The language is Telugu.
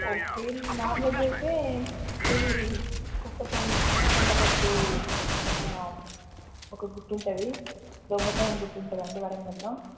ఓకే నాన్ వెజ్ అయితే ఇది కొట్టకొం కొండగట్టు ఆ ఒక గుట్టు ఉంటుంది ఉంటుంది అండి వరంగల్లో